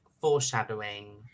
foreshadowing